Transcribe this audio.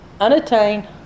Unattained